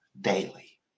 daily